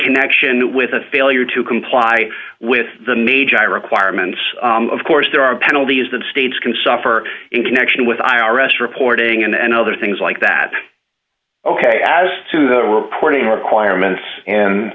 connection with a failure to comply with the magi requirements of course there are penalties that states can suffer in connection with i r s reporting and other things like that ok as to the reporting